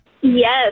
Yes